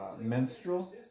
menstrual